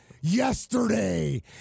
yesterday